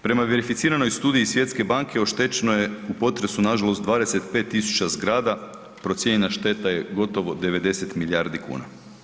Prema verificiranoj studiji Svjetske banke oštećeno je u potresu, nažalost 25 tisuća zgrada, procijenjena šteta je gotovo 90 milijardi kuna.